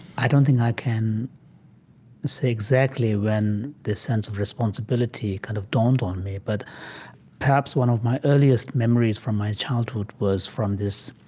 i don't think i can say exactly when this sense of responsibility kind of dawned on me, but perhaps one of my earliest memories from my childhood was from this